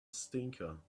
stinker